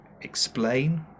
explain